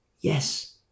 Yes